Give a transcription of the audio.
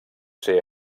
ser